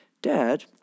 Dad